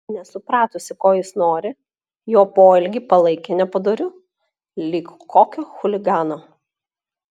nesupratusi ko jis nori jo poelgį palaikė nepadoriu lyg kokio chuligano